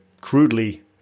crudely